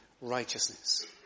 righteousness